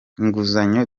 inguzanyo